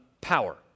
power